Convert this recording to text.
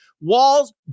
Walls